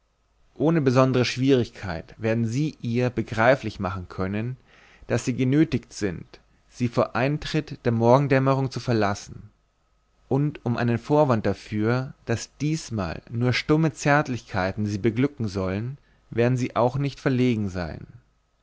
ohne besondre schwierigkeit werden sie ihr begreiflich machen können daß sie genötigt sind sie vor eintritt der morgendämmerung zu verlassen und um einen vorwand dafür daß diesmal nur stumme zärtlichkeiten sie beglücken sollen werden sie auch nicht verlegen sein